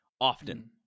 often